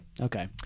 Okay